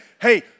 hey